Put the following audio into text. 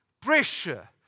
pressure